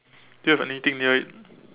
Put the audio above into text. do you have anything near it